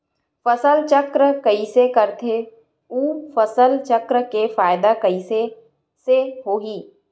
फसल चक्र कइसे करथे उ फसल चक्र के फ़ायदा कइसे से होही?